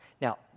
Now